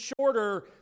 shorter